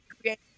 create